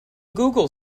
google